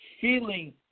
feeling